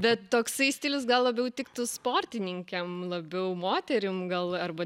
bet toksai stilius gal labiau tiktų sportininkėm labiau moterim gal arba